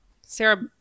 Sarah